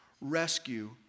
rescue